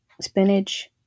spinach